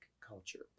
culture